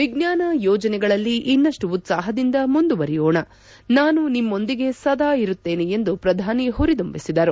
ವಿಜ್ವಾನ ಯೋಜನೆಗಳಲ್ಲಿ ಇನ್ನಷ್ಟು ಉತ್ಸಾಹದಿಂದ ಮುಂದುವರೆಯೋಣ ನಾನು ನಿಮ್ಮೊಂದಿಗೆ ಸದಾ ಇರುತ್ತೇನೆ ಎಂದು ಪ್ರಧಾನಿ ಹುರಿದುಂಬಿಸಿದರು